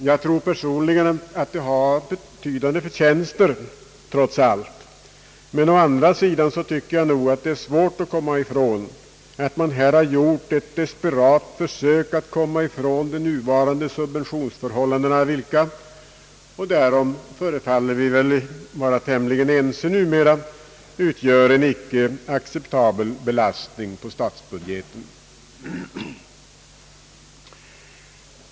Jag tror personligen att det trots allt har betydande förtjänster, men å andra sidan tycker jag att det är svårt att komma ifrån att man här har gjort ett desperat försök att slippa de nuvarande subventionsförhållandena, vilka, och därom förefaller vi väl vara tämligen ense numera, utgör en icke acceptabel belastning på statsbudgeten.